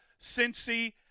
Cincy –